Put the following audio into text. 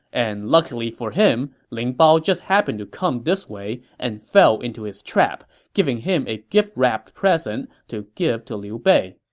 and luckily for him, ling bao just happened to come this way and fell into his trap, giving him a gift-wrapped present to present to liu bei